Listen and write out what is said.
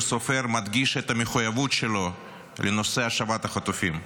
סופר מדגיש את המחויבות שלו לנושא השבת החטופים,